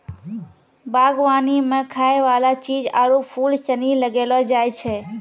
बागवानी मे खाय वाला चीज आरु फूल सनी लगैलो जाय छै